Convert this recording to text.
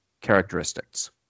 characteristics